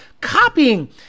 copying